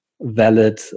valid